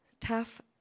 tough